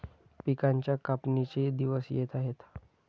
पिकांच्या कापणीचे दिवस येत आहेत